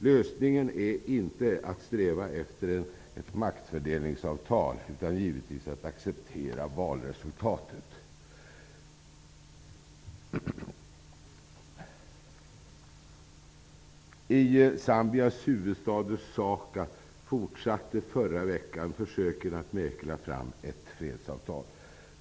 Lösningen är inte att sträva efter ett maktfördelningsavtal utan givetvis att acceptera valresultatet. I Zambias huvudstad Usaka fortsatte i förra veckan försöken att mäkla fram ett fredsavtal.